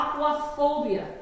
Aquaphobia